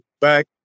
back